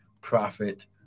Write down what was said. profit